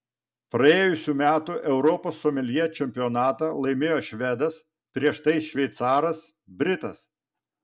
praėjusių metų europos someljė čempionatą laimėjo švedas prieš tai šveicaras britas